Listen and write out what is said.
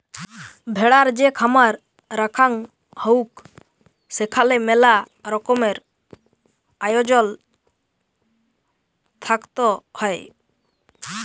ভেড়ার যে খামার রাখাঙ হউক সেখালে মেলা রকমের আয়জল থাকত হ্যয়